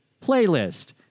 playlist